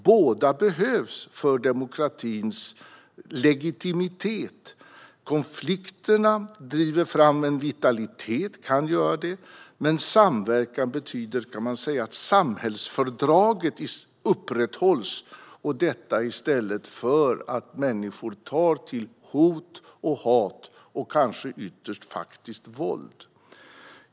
Båda behövs för demokratins legitimitet. Konflikterna kan driva fram en vitalitet, men samverkan betyder, kan man säga, att samhällsfördraget upprätthålls i stället för att människor tar till hot och hat och kanske ytterst också faktiskt våld.